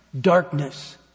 darkness